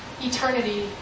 eternity